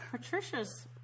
Patricia's